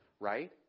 right